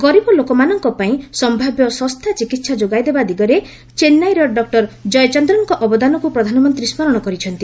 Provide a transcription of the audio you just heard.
ଗରିବ ଲୋକମାନଙ୍କ ପାଇଁ ସମ୍ଭାବ୍ୟ ଶସ୍ତା ଚିକିହା ଯୋଗାଇବା ଦିଗରେ ଚେନ୍ନାଇର ଡକ୍ଟର ଜୟଚନ୍ଦ୍ରନ୍ଙ୍କ ଅବଦାନକୁ ପ୍ରଧାନମନ୍ତ୍ରୀ ସ୍କରଣ କରିଛନ୍ତି